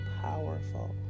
powerful